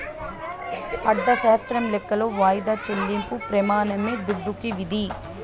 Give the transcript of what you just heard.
అర్ధశాస్త్రం లెక్కలో వాయిదా చెల్లింపు ప్రెమానమే దుడ్డుకి విధి